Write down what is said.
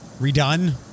redone